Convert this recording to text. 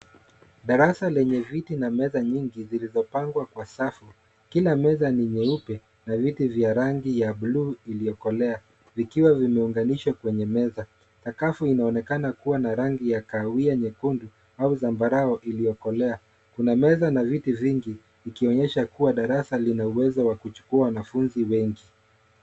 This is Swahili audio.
Darasa lenye viti na meza nyingi zilizopangwa kwa safu. Kila meza ni nyeupe na viti vya rangi ya bluu iliyokolea vikiwa vimeunganishwa kwenye meza. Sakafu inaonekana kuwa na rangi ya kawia nyekundu au zambarau iliyokolea. Kuna meza na viti vingi vikionyesha kuwa darasa lina uwezo wa kuchukua wanafunzi wengi.